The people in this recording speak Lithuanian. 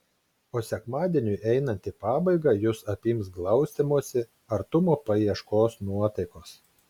o sekmadieniui einant į pabaigą jus apims glaustymosi artumo paieškos nuotaikos